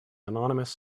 anonymous